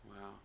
wow